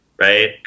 right